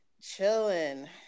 Chilling